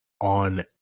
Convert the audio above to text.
on